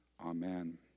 Amen